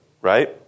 right